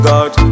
God